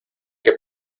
que